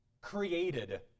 created